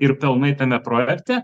ir kalnai tame projekte